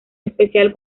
especial